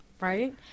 Right